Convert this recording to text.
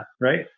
right